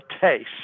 taste